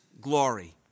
glory